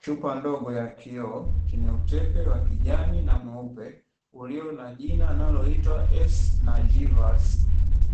Chupa ndogo ya kioo chenye utepe wa kijani na mweupe ulio na jina unaloitwa "s na givas"